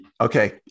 okay